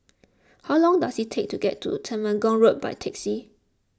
how long does it take to get to Temenggong Road by taxi